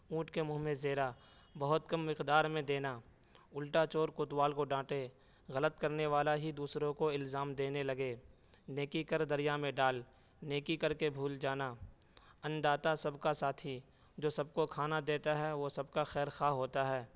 اونٹ کے منہ میں زیرہ بہت کم مقدار میں دینا الٹا چور کوتوال کو ڈانٹے غلط کرنے والا ہی دوسروں کو الزام دینے لگے نیکی کر دریا میں ڈال نیکی کر کے بھول جانا ان داتا سب کا ساتھی جو سب کو کھانا دیتا ہے وہ سب کا خیر خواہ ہوتا ہے